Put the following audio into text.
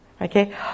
okay